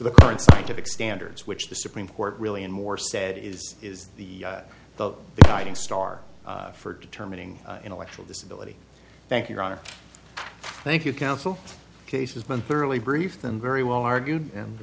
the current scientific standards which the supreme court really and more said is is the the guiding star for determining intellectual disability thank your honor thank you counsel case has been thoroughly briefed them very well argued and